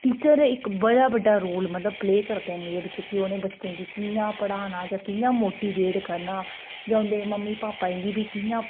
teacher इक बड़ा बड्डा रोल मतलब प्ले करदे न एह्दे बिच कि उ'नें बच्चें गी कि'यां पढ़ाना ते कि'यां मोटिवेट करना जां उं'दे मम्मी भापा गी बी कि'यां